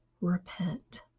repent